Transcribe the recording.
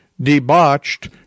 debauched